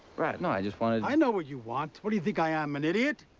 right. no, i just wanted i know what you want! what do you think i am, an idiot?